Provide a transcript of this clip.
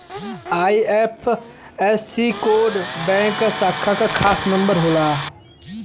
IFSC code bank के शाखा क खास नंबर होला